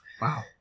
Wow